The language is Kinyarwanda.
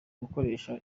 gukoresha